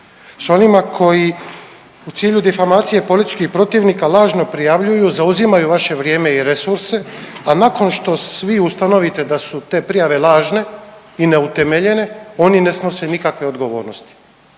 s onima koji u cilju difamacije političkih protivnika lažno prijavljuju i zauzimaju vaše vrijeme i resurse, a nakon što svi ustanovite da su te prijave lažne i neutemeljene oni ne snose nikakve odgovornosti.